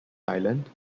island